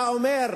אתה אומר,